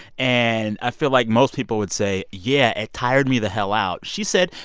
and i feel like most people would say, yeah, it tired me the hell out. she said,